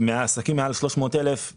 עסקים מעל 300 אלף שקלים,